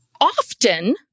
Often